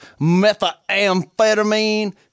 methamphetamine